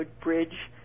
bridge